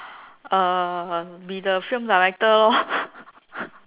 uh be the film director lor